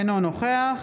אינו נוכח